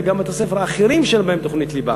אלא גם בבתי-הספר האחרים שאין בהם תוכנית ליבה,